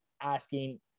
asking